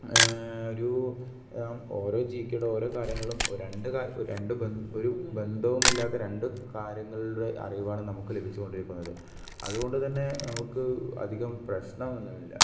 ഒരു ഓരോ G K യുടെ ഓരോ കാര്യങ്ങളിലും ഒരു രണ്ട് രണ്ട് ഒരു ബന്ധവും ഇല്ലാത്ത രണ്ട് കാര്യങ്ങളുടെ അറിവാണ് നമുക്ക് ലഭിച്ചുകൊണ്ടിരിക്കുന്നത് അതുകൊണ്ട് തന്നെ നമുക്ക് അധികം പ്രശ്നമൊന്നുമില്ല